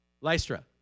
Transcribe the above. Lystra